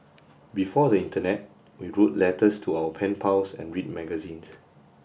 before the internet we wrote letters to our pen pals and read magazines